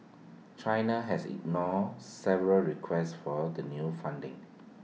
China has ignored several requests for the new funding